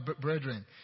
brethren